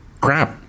crap